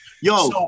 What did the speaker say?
Yo